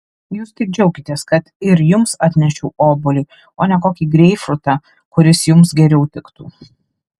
jūs tik džiaukitės kad ir jums atnešiau obuolį o ne kokį greipfrutą kuris jums geriau tiktų